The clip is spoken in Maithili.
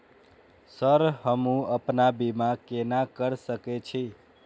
सर हमू अपना बीमा केना कर सके छी?